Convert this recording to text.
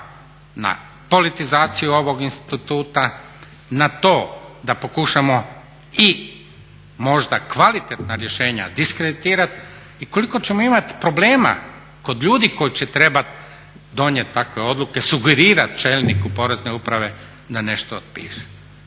na politizaciju ovog instituta, na to da pokušavamo i možda kvalitetna rješenja diskreditirati i koliko ćemo imati problema kod ljudi koji će trebati donijeti takve odluke sugerirat čelniku porezne uprave da nešto piše